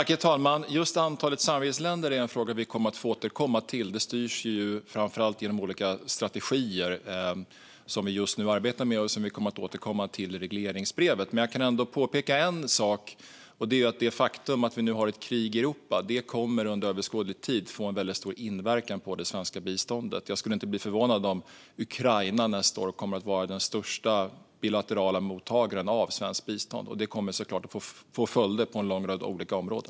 Herr talman! Just antalet samarbetsländer är en fråga som vi kommer att få återkomma till. Det styrs framför allt genom olika strategier som vi just nu arbetar med och som vi kommer att återkomma till i regleringsbrevet. Men jag kan påpeka en sak: Det faktum att vi nu har ett krig i Europa kommer under överskådlig tid att få en väldigt stor inverkan på det svenska biståndet. Jag skulle inte bli förvånad om Ukraina nästa år kommer att vara den största bilaterala mottagaren av svenskt bistånd, och det kommer såklart att få följder på en lång rad olika områden.